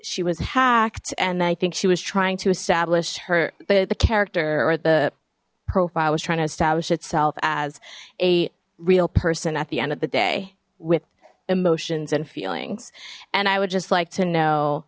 she was hacked and i think she was trying to establish her the character or the profile was trying to establish itself as a real person at the end of the day with emotions and feelings and i would just like to know